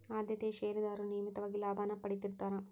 ಆದ್ಯತೆಯ ಷೇರದಾರರು ನಿಯಮಿತವಾಗಿ ಲಾಭಾನ ಪಡೇತಿರ್ತ್ತಾರಾ